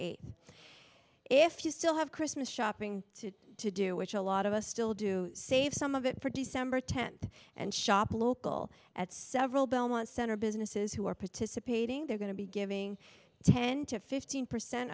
eighth if you still have christmas shopping to do which a lot of us still do save some of it for december tenth and shop local at several belmont center businesses who are participating they're going to be giving ten to fifteen percent